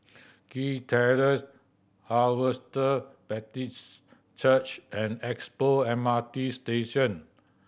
Kew Terrace Harvester Baptist Church and Expo M R T Station